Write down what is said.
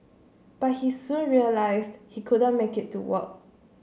but he soon realised he couldn't make it to work